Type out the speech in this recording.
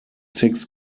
six